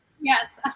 Yes